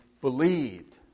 believed